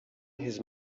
his